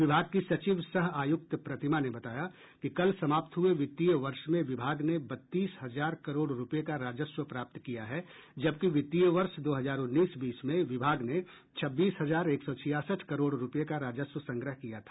विभाग की सचिव सह आयुक्त प्रतिमा ने बताया कि कल समाप्त हुए वित्तीय वर्ष में विभाग ने बत्तीस हजार करोड़ रूपये का राजस्व प्राप्त किया है जबकि वित्तीय वर्ष दो हजार उन्नीस बीस में विभाग ने छब्बीस हजार एक सौ छियासठ करोड़ रूपये का राजस्व संग्रह किया था